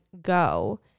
go